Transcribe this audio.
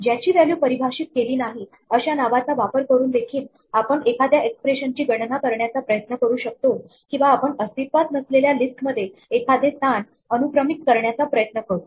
ज्याची व्हॅल्यू परिभाषित केली नाही अशा नावाचा वापर करून देखील आपण एखाद्या एक्सप्रेशन ची गणना करण्याचा प्रयत्न करू शकतो किंवा आपण अस्तित्वात नसलेल्या लिस्टमध्ये एखादे स्थान अनुक्रमिक करण्याचा प्रयत्न करू